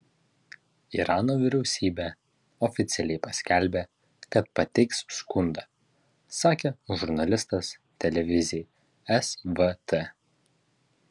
irano vyriausybė oficialiai paskelbė kad pateiks skundą sakė žurnalistas televizijai svt